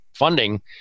funding